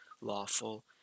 lawful